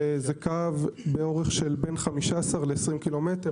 זה קו באורך בין 15 ל-20 ק"מ,